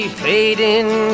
fading